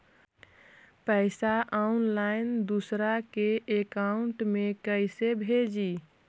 पैसा ऑनलाइन दूसरा के अकाउंट में कैसे भेजी?